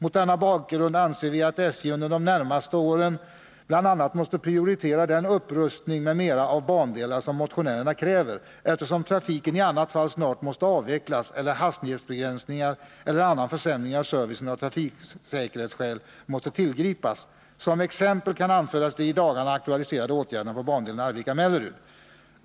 Mot denna bakgrund anser vi att SJ under de närmaste åren bl.a. måste prioritera den upprustning m.m. av bandelar som motionärerna kräver, eftersom trafiken i annat fall snart måste avvecklas eller hastighetsbegränsningar eller annan försämring av servicen av trafiksäkerhetsskäl tillgripas. Som exempel kan anföras de i dagarna aktualiserade åtgärderna på bandelen Arvika-Mellerud.